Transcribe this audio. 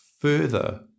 further